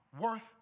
worth